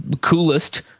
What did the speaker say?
coolest